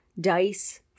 dice